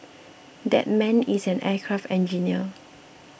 that man is an aircraft engineer